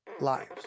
lives